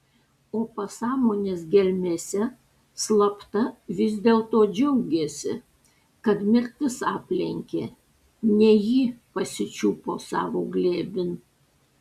o pasąmonės gelmėse slapta vis dėlto džiaugėsi kad mirtis aplenkė ne jį pasičiupo savo glėbin